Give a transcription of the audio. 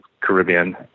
Caribbean